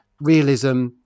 realism